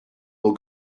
will